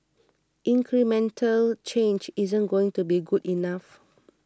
incremental change isn't going to be good enough